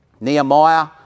Nehemiah